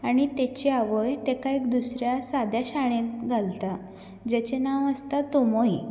आनी ताची आवय ताका एक दुसऱ्या साद्या शाळेंत घालता जाचें नांव आसता तोमोई